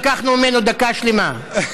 לא (אומר בערבית: אני לא אדבר כרצוני.) אנחנו לקחנו ממנו דקה שלמה.